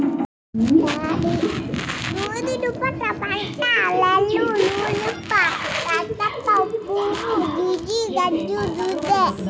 Cards ఎన్ని రకాలు అందుబాటులో ఉన్నయి?